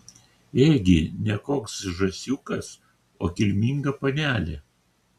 ėgi ne koks žąsiukas o kilminga panelė